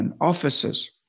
officers